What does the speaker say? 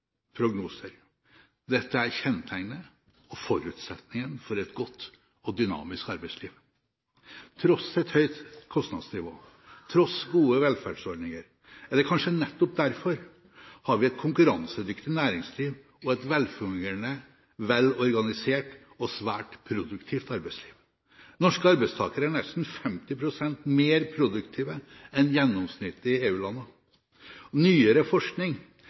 Dette er kjennetegnet og forutsetningen for et godt og dynamisk arbeidsliv. Til tross for et høyt kostnadsnivå, til tross for gode velferdsordninger – eller kanskje nettopp derfor – har vi et konkurransedyktig næringsliv og et velfungerende, velorganisert og svært produktivt arbeidsliv. Norske arbeidstakere er nesten 50 pst. mer produktive enn gjennomsnittlig i EU-landene. Nyere forskning